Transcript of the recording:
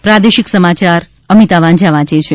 પ્રાદેશિક સમાચાર અમિતા વાંઝા વાંચે છે